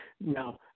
now